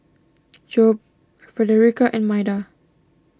Jobe Fredericka and Maida